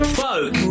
folk